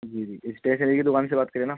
جی جی اسٹیشنری کی دوکان سے بات کر رہی ہیں نا